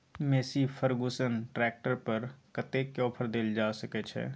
Massey Ferguson tractor पर कतेक के ऑफर देल जा सकै छै?